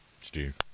steve